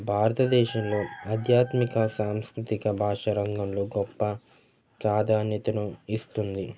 భారతదేశంలో ఆధ్యాత్మిక సాంస్కృతిక భాష రంగంలో గొప్ప ప్రాధాన్యతను ఇస్తుంది